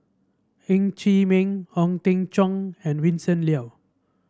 Ng Chee Meng Ong Teng Cheong and Vincent Leow